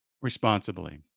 responsibly